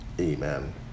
Amen